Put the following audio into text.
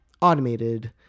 automated